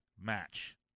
match